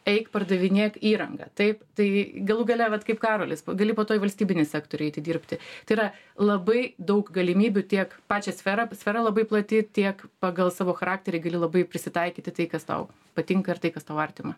eik pardavinėk įrangą taip tai galų gale vat kaip karolis pa gali po to į valstybinį sektorių eiti dirbti tai yra labai daug galimybių tiek pačią sferą sfera labai plati tiek pagal savo charakterį gali labai prisitaikyti tai kas tau patinka ir tai kas tau artima